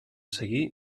seguir